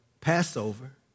Passover